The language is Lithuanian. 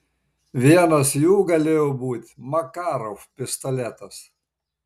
vienas jų galėjo būti makarov pistoletas